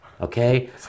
Okay